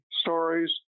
stories